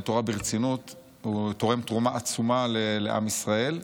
תורה ברצינות תורם תרומה עצומה לעם ישראל.